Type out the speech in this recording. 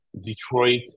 Detroit